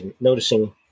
noticing